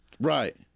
Right